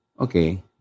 Okay